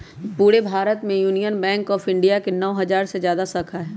पूरे भारत में Union Bank of India के नौ हजार से जादा शाखा हई